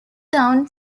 town